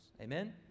Amen